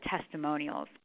testimonials